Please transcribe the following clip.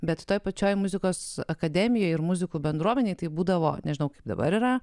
bet toje pačioje muzikos akademijoje ir muzikų bendruomenėje taip būdavo nežinau kaip dabar yra